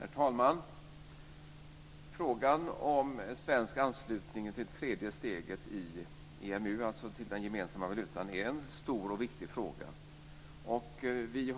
Herr talman! Frågan om svensk anslutning till det tredje steget i EMU, den gemensamma valutan, är en stor och viktig fråga. Vi